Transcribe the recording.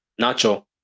Nacho